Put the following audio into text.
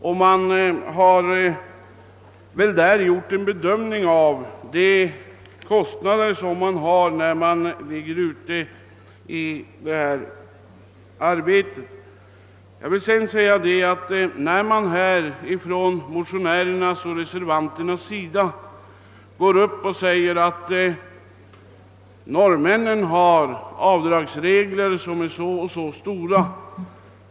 Detta bygger på en bedömning av de kostnader fiskarna har när de ligger ute till havs. Motionärerna och reservanterna säger att norrmännen har förmånliga avdragsregler.